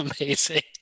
Amazing